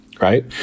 right